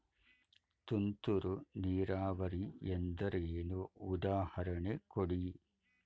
ತುಂತುರು ನೀರಾವರಿ ಎಂದರೇನು, ಉದಾಹರಣೆ ಕೊಡಿ?